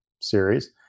series